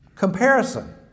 Comparison